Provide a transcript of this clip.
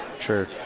Sure